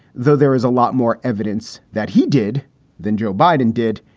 though there is a lot more evidence that he did than joe biden did.